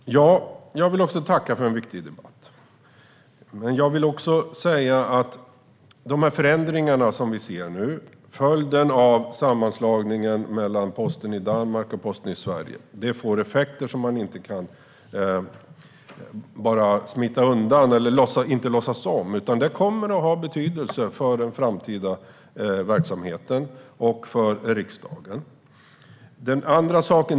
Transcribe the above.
Fru talman! Jag vill också tacka för en viktig debatt. De förändringar vi ser nu, följden av sammanslagningen mellan Posten i Danmark och Posten i Sverige, får effekter som man inte kan smita undan eller inte låtsas om. De kommer att få betydelse för den framtida verksamheten och för riksdagen.